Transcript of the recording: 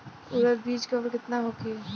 उरद बीज दर केतना होखे?